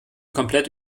komplett